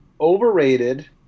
Overrated